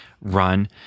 run